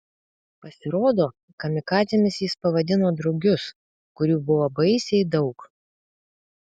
pasirodo kamikadzėmis jis pavadino drugius kurių buvo baisiai daug